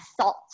salt